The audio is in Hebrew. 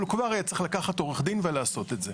אבל, הוא הרי צריך לקחת עורך דין ולעשות את זה.